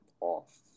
off